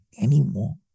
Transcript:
anymore